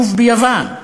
שוב ביוון,